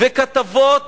וכתבות